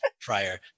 prior